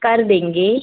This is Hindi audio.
कर देंगे